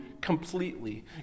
completely